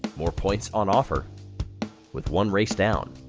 more points on offer with one race down.